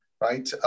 right